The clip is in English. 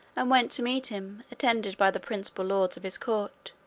and went to meet him attended by the principal lords of his court,